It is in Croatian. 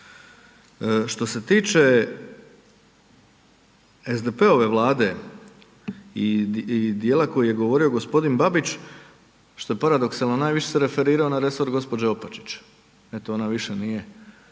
Što se tiče SDP-ove Vlade i djela koji je g. Babić, što je paradoksalno, najviše se referirao na resor gđe. Opačić, eto ona više nije